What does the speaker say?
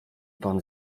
pan